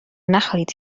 نخواهید